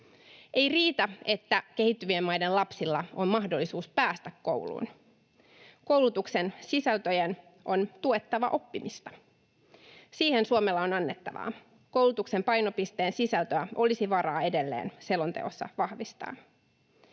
Ei riitä, että kehittyvien maiden lapsilla on mahdollisuus päästä kouluun. Koulutuksen sisältöjen on tuettava oppimista. Siihen Suomella on annettavaa. Koulutuksen painopisteen sisältöä olisi varaa edelleen selonteossa vahvistaa.